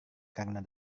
karena